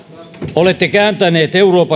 olette kääntäneet euroopan